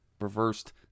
reversed